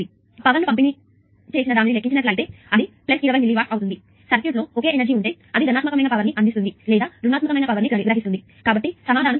కాబట్టి పవర్ ను పంపిణీ ని లెక్కించి నట్లయితే అది 20 మిల్లీ వాట్స్ అవుతుంది మరియు ఇక్కడ చెప్పినట్లుగా సర్క్యూట్లో ఒకే ఎనర్జీ సోర్స్ ఉంటే అది సానుకూల పవర్ ని అందిస్తుంది లేదా అది ప్రతికూల పవర్ ని గ్రహిస్తుంది కాబట్టి సమాధానం 20